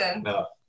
No